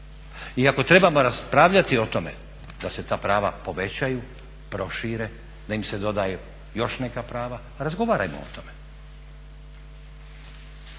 I ako trebamo raspravljati o tome da se ta prava povećaju, prošire, da im se dodaju još neka prava razgovarajmo o tome.